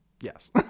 Yes